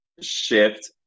shift